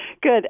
good